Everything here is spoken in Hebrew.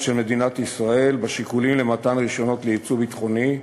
של מדינת ישראל בשיקולים למתן רישיונות לייצוא ביטחוני,